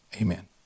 Amen